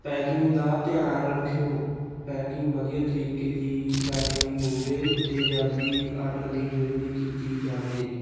packing ਦਾ ਧਿਆਨ ਰੱਖਿਉ ਪੈਕਿੰਗ ਵਧੀਆ ਤਰੀਕੇ ਦੀ ਕਰੀ ਹੋਵੇ ਅਤੇ ਜਲਦੀ ਆਡਰ ਦੀ ਡਿਲੀਵਰੀ ਕੀਤੀ ਜਾਵੇ